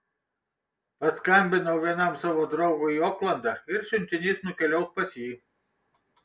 paskambinau vienam savo draugui į oklandą ir siuntinys nukeliaus pas jį